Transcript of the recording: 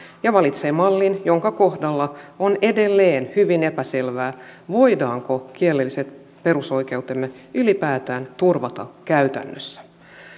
ja valitsee mallin jonka kohdalla on edelleen hyvin epäselvää voidaanko kielelliset perusoikeutemme ylipäätään turvata käytännössä